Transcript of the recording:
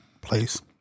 place